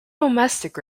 domestic